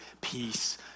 peace